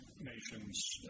nation's